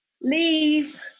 leave